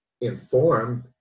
informed